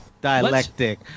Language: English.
Dialectic